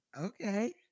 Okay